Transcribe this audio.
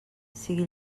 sigui